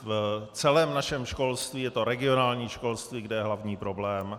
V celém našem školství je to regionální školství, kde je hlavní problém.